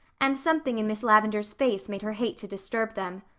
and something in miss lavendar's face made her hate to disturb them.